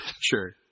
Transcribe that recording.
Sure